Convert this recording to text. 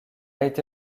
été